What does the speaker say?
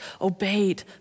obeyed